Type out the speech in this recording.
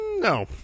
No